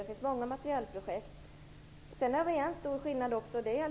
Det finns många materielprojekt. Men det finns en stor skillnad mellan oss också.